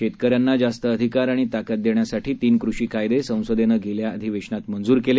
शेतकऱ्यांना जास्त अधिकार आणि ताकद देण्यासाठी तीन कृषी कायदे संसदेनं गेल्या अधिवेशनात मंजूर केले